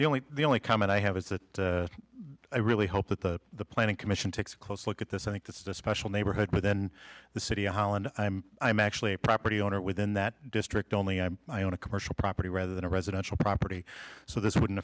the only the only comment i have is that i really hope that the planning commission takes a close look at this i think this is a special neighborhood within the city hall and i'm actually a property owner within that district only i'm i own a commercial property rather than a residential property so this wouldn't